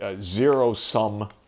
zero-sum